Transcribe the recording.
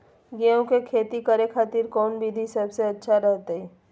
गेहूं के खेती करे खातिर कौन विधि सबसे अच्छा रहतय?